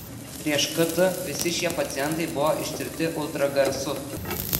prieš kt visi šie pacientai buvo ištirti ultragarsu